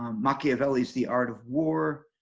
um machiavelli's the art of war,